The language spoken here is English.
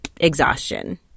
exhaustion